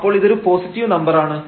അപ്പോൾ ഇതൊരു positive number ആണ്